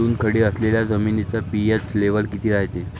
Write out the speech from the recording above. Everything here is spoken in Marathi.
चुनखडी असलेल्या जमिनीचा पी.एच लेव्हल किती रायते?